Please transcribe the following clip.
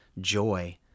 joy